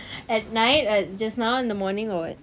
at night or just now in the morning or what